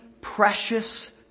precious